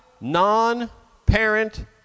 non-parent